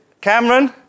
Cameron